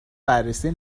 بررسی